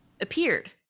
Appeared